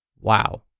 Wow